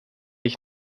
ich